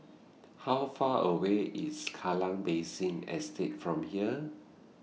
How Far away IS Kallang Basin Estate from here